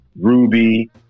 ruby